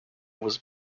was